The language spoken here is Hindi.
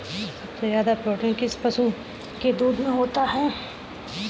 सबसे ज्यादा प्रोटीन किस पशु के दूध में होता है?